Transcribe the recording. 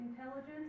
intelligence